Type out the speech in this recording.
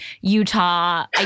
Utah